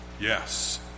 Yes